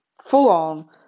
full-on